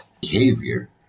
behavior